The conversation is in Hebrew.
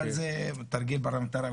זה תרגיל פרלמנטרי,